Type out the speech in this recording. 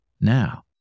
now